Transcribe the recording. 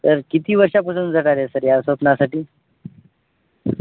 sir किती वर्षापासून जगताय सर या स्वप्नासाठी